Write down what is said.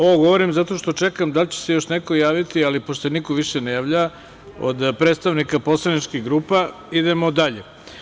Ovo govorim zato čekam da li će se još neko javiti, ali pošto se više niko ne javlja od predstavnika poslaničkih grupa, idemo dalje.